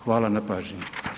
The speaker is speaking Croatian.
Hvala na pažnji.